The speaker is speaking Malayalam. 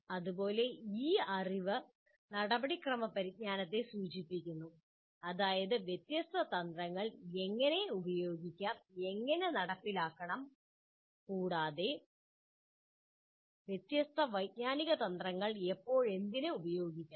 അതുപോലെ ഈ അറിവ് നടപടിക്രമ പരിജ്ഞാനത്തെ സൂചിപ്പിക്കുന്നു അതായത് വ്യത്യസ്ത തന്ത്രങ്ങൾ എങ്ങനെ ഉപയോഗിക്കാം നടപ്പിലാക്കണം കൂടാതെ വ്യത്യസ്ത വൈജ്ഞാനിക തന്ത്രങ്ങൾ എപ്പോൾ എന്തിന് ഉപയോഗിക്കണം